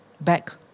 back